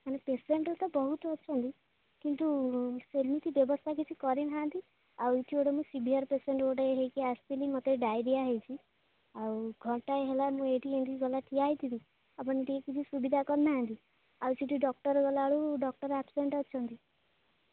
ମାନେ ପେସେଣ୍ଟ୍ ତ ବହୁତ ଅଛନ୍ତି କିନ୍ତୁ ସେମିତି ବ୍ୟବସ୍ଥା କିଛି କରିନାହାନ୍ତି ଆଉ ଏଇଠି ଗୋଟେ ମୁଁ ସିଭିଅର୍ ପେସେଣ୍ଟ୍ ଗୋଟେ ହେଇକି ଆସିଥିଲି ମୋତେ ଡାଇରିଆ ହେଇଛି ଆଉ ଘଣ୍ଟାଏ ହେଲା ମୁଁ ଏଇଠି ଏମିତି ଗଲା ଠିଆ ହେଇଥିବି ଆପଣ ଟିକେ କିଛି ସୁବିଧା କରି ନାହାନ୍ତି ଆଉ ସେଇଠି ଡକ୍ଟର୍ ଗଲା ବେଳୁ ଡକ୍ଟର୍ ଆପସେଣ୍ଟ୍ ଅଛନ୍ତି